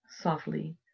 softly